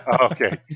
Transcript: Okay